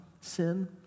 sin